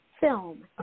film